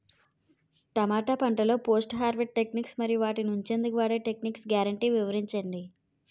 టమాటా పంటలో post harvest techniques మరియు వాటిని ఉంచెందుకు వాడే టెక్నిక్స్ గ్యారంటీ వివరించండి?